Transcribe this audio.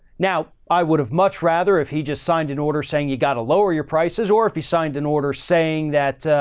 now, i would've much rather if he just signed an order saying you got to lower your prices, or if he signed an order saying that,